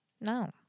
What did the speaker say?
No